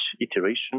iteration